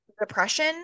depression